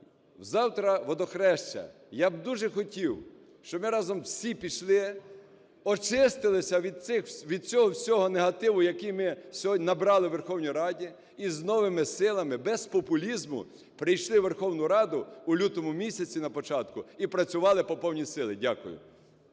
Завтра Водохреще. Я б дуже хотів, щоб ми разом всі пішли очистилися від цього всього негативу, який ми сьогодні набрали у Верховній Раді і з новими силами, без популізму, прийшли у Верховну Раду у лютому місяці, на початку, і працювали по повній силі. Дякую.